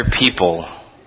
people